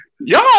y'all